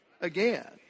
again